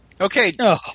Okay